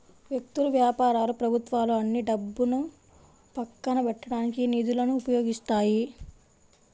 వ్యక్తులు, వ్యాపారాలు ప్రభుత్వాలు అన్నీ డబ్బును పక్కన పెట్టడానికి నిధులను ఉపయోగిస్తాయి